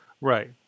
Right